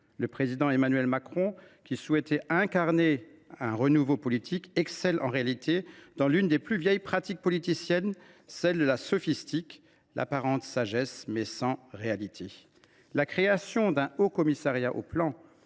Le président Emmanuel Macron, qui souhaitait incarner un renouveau politique, excelle en réalité dans l’une des plus vieilles pratiques politiciennes, celle de la sophistique : une apparente sagesse, mais dépourvue de réalité. La création d’un Haut Commissariat au plan